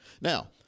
now